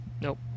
Nope